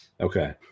Okay